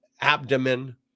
abdomen